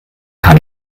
kann